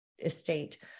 estate